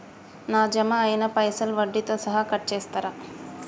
నా జమ అయినా పైసల్ వడ్డీతో సహా కట్ చేస్తరా?